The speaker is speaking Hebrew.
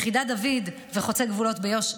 יחידת דוד וחוצה גבולות ביו"ש,